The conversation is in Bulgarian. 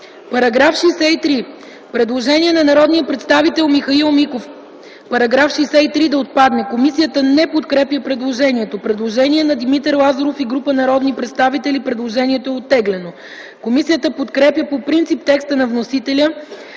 ФИДОСОВА: Предложение на народния представител Михаил Миков -§ 63 да отпадне. Комисията не подкрепя предложението. Предложение от народния представител Димитър Лазаров и група народни представители. Предложението е оттеглено. Комисията подкрепя по принцип текста на вносителя